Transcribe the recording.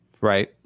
Right